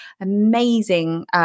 amazing